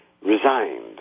resigned